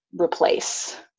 replace